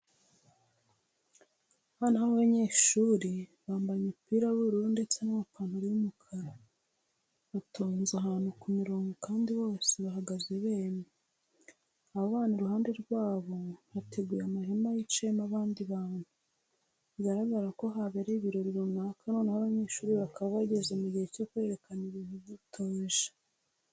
Abana b'abanyeshuri bambaye imipira y'ubururu ndetse n'amapantaro y'umukara, batonze ahantu ku mirongo kandi bose bahagaze bemye. Aba bana iruhande rwabo hateguye amahema yicayemo abandi bantu, bigaragara ko habereye ibirori runaka noneho abanyeshuri bakaba bageze mu gihe cyo kwerekana ibintu bitoje.